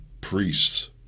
priests